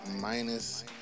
minus